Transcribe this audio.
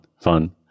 fun